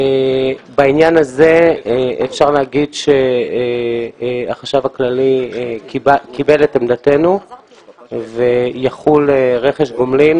בעניין הזה אפשר לומר שהחשב הכללי קיבל את עמדתנו ויחול רכש גומלין